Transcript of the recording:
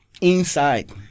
Inside